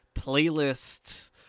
playlist